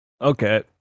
Okay